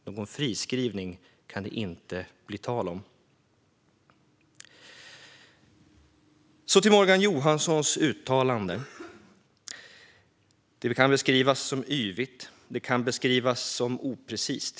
Någon friskrivning kan det inte bli tal om. Jag går vidare till Morgan Johanssons uttalande. Det kan beskrivas som yvigt. Det kan beskrivas som oprecist.